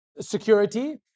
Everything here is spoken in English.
security